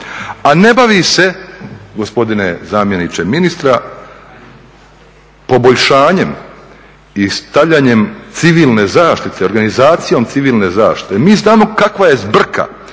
a ne bavi se gospodine zamjeniče ministra poboljšanjem i stavljanjem civilne zaštite, organizacijom civilne zaštite. Mi znamo kakva je zbrka,